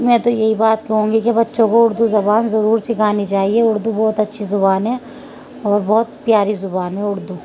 میں تو یہی بات کہوں گی کہ بچوں کو اردو زبان ضرور سکھانی چاہیے اردو بہت اچھی زبان ہے اور بہت پیاری زبان ہے اردو